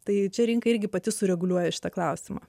tai čia rinka irgi pati sureguliuoja šitą klausimą